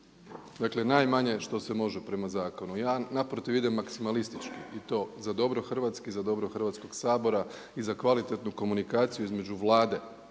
Dakle najmanje što se može prema zakonu. Ja naprotiv idem maksimalistički i to za dobro Hrvatske i za dobro Hrvatskog sabora i za kvalitetnu komunikaciju između Vlade